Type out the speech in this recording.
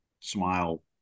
smile